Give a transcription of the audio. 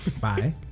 bye